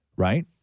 right